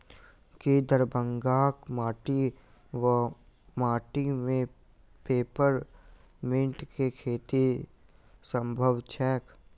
की दरभंगाक माटि वा माटि मे पेपर मिंट केँ खेती सम्भव छैक?